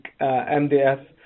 MDS